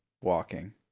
walking